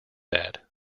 that